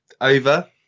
over